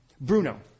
Bruno